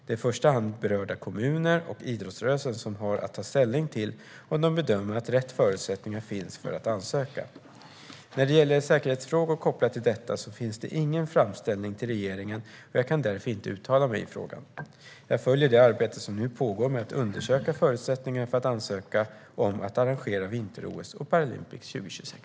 Det är i första hand berörda kommuner och idrottsrörelsen som har att ta ställning till om de bedömer att rätt förutsättningar finns för att ansöka. När det gäller säkerhetsfrågor kopplade till detta finns det ingen framställning till regeringen, och jag kan därför inte uttala mig i frågan. Jag följer det arbete som nu pågår med att undersöka förutsättningarna för att ansöka om att arrangera vinter-OS och Paralympics 2026.